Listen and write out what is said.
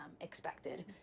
expected